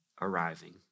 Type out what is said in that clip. arriving